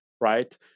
right